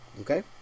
Okay